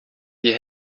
die